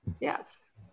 yes